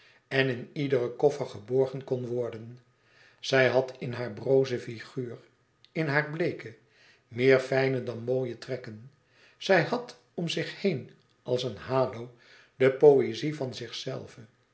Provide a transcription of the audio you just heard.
en in iederen koffer geborgen kon worden zij had in haar broze figuur in haar bleeke meer fijne dan mooie trekken zij had om zich heen als een halo de poëzie van zichzelve